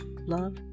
Love